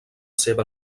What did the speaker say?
seva